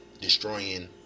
destroying